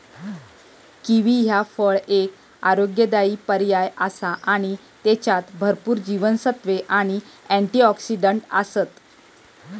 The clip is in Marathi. किवी ह्या फळ एक आरोग्यदायी पर्याय आसा आणि त्येच्यात भरपूर जीवनसत्त्वे आणि अँटिऑक्सिडंट आसत